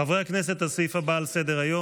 חברי הכנסת, הסעיף הבא על סדר-היום,